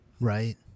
Right